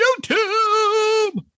YouTube